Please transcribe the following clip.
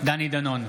דני דנון,